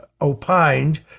opined